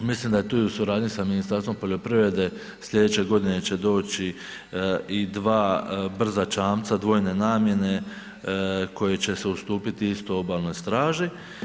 Mislim da je tu i u suradnji sa Ministarstvom poljoprivrede, slijedeće godine će doći i dva brza čamca dvojne namjene koji će se ustupiti isto obalnoj staži.